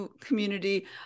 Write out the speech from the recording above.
community